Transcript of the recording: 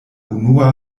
unua